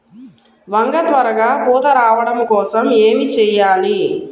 వంగ త్వరగా పూత రావడం కోసం ఏమి చెయ్యాలి?